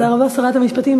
תודה רבה, שרת המשפטים.